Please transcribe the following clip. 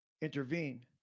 intervene